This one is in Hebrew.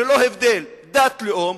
ללא הבדל דת או לאום,